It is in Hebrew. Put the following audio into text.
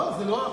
זה לא החוק.